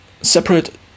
separate